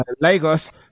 Lagos